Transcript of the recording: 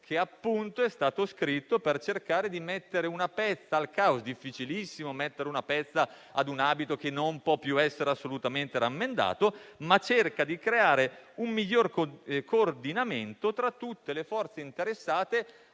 che è stato scritto appunto per cercare di "mettere una pezza" al caos. È difficilissimo mettere una pezza a un abito che non può più essere assolutamente rammendato, ma si cerca di creare un miglior coordinamento tra tutte le forze interessate